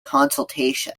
consultation